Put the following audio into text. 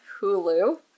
Hulu